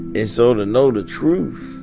and so to know the truth,